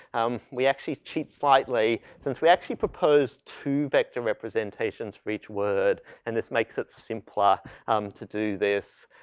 um, we actually cheat slightly. since we actually propose two vector representations for each word and this makes it simpler um to do this.